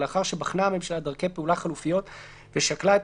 ולאחר שבחנה הממשלה דרכי פעולה חלופיות ושקלה את